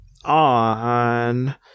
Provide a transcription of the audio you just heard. On